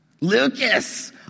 Lucas